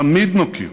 תמיד נוקיר